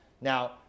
Now